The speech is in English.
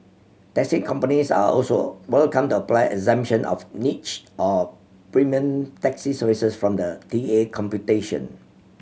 taxi companies are also welcome to apply exemption of niche or premium taxi services from the T A computation